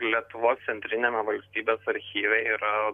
lietuvos centriniame valstybės archyve yra